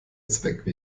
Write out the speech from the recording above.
zweck